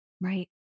Right